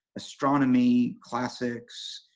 astronomy, classics,